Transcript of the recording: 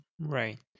Right